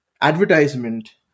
advertisement